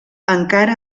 encara